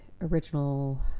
original